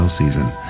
season